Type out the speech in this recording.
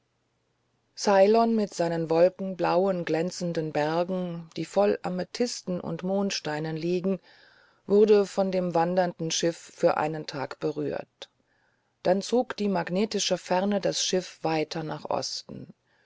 mit seinen wolkenblauen glänzenden bergen die voll amethysten und mondsteinen liegen wurde von dem wandernden schiff für einen tag berührt dann zog die magnetische ferne das schiff weiter nach osten